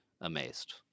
amazed